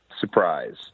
surprise